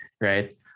right